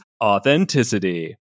Authenticity